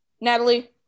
natalie